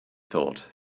thought